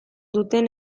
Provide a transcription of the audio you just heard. duten